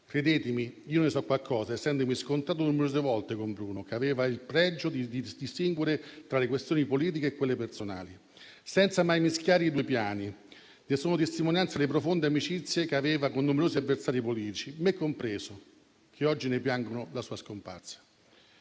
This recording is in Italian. Credetemi, io ne so qualcosa, essendomi scontrato numerose volte con Bruno, che aveva il pregio di distinguere tra le questioni politiche e quelle personali, senza mai mischiare i due piani. Ne sono testimonianza le profonde amicizie che aveva con numerosi avversari politici - me compreso - che oggi ne piangono la scomparsa.